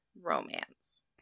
romance